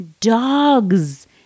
dogs